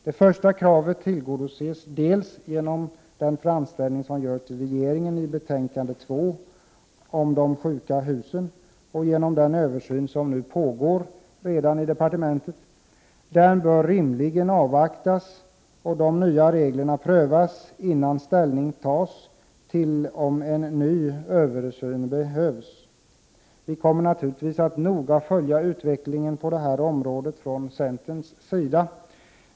Det första kravet tillgodoses dels genom den framställning som görs till regeringen i betänkande 2 om de sjuka husen, dels genom den översyn som redan nu pågår. Den bör rimligen avvaktas och de nya reglerna prövas innan ställning tas till om en ny översyn behövs. Vi kommer naturligtvis att noga följa utvecklingen på detta område från centerns sida.